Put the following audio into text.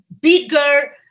bigger